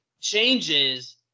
changes –